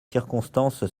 circonstances